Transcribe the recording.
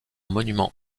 monument